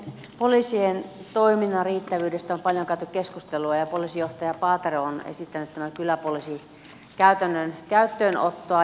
poliisien toiminnan riittävyydestä on paljon käyty keskustelua ja poliisijohtaja paatero on esittänyt kyläpoliisikäytännön käyttöönottoa